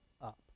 up